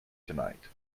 tonight